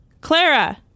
Clara